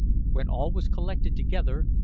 when all was collected together,